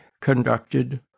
conducted